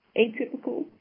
atypical